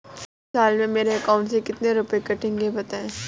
एक साल में मेरे अकाउंट से कितने रुपये कटेंगे बताएँ?